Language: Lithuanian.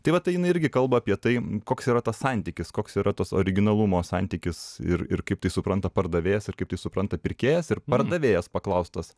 tai vat jinai irgi kalba apie tai koks yra tas santykis koks yra tas originalumo santykis ir ir kaip tai supranta pardavėjas ir kaip tai supranta pirkėjas ir pardavėjas paklaustas